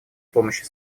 помощи